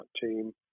team